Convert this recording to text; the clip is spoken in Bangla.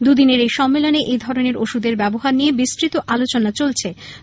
দুদিনের এই সম্মেলনে এই ধরনের ঔষধের ব্যবহার নিয়ে বিস্তৃত আলোচনা চলছে